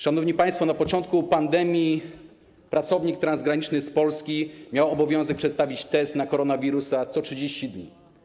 Szanowni państwo, na początku pandemii pracownik transgraniczny z Polski miał obowiązek przedstawić test na koronawirusa co 30 dni.